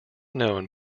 known